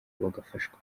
bagafashwa